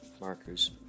Markers